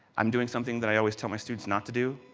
um doing something that i always tell my students not to do.